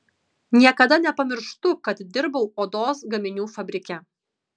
niekada nepamirštu kad dirbau odos gaminių fabrike